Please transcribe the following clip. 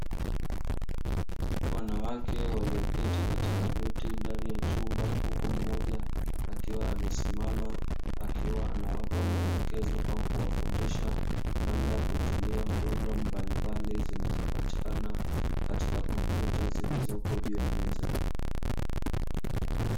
Wanawake walioketi katika viti ndani ya chumba, huku mmoja akiwa amesimama akiwa anawapa maelekezo au kuwafundisha namna ya kutumia program mbalimbali zinazopatikana katika kompyuta, zilizopo juu ya meza.